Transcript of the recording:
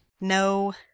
No